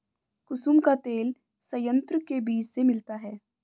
कुसुम का तेल संयंत्र के बीज से मिलता है